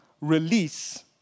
release